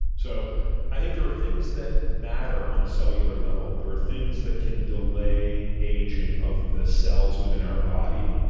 so i think there are things that matter on a cellular level. there are things that can delay aging of the cells within our body,